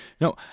no